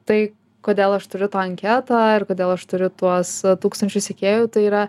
tai kodėl aš turiu tą anketą ir kodėl aš turiu tuos tūkstančius sekėjų tai yra